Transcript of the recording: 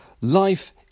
life